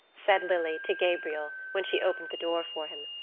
said lily to gabriel when she opened the door for him,